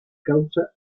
causa